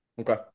Okay